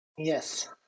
yes